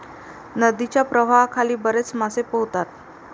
नदीच्या प्रवाहाखाली बरेच मासे पोहतात